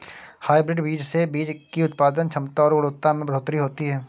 hybrid बीज से बीज की उत्पादन क्षमता और गुणवत्ता में बढ़ोतरी होती है